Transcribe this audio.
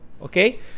Okay